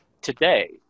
today